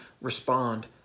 respond